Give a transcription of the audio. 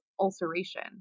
ulceration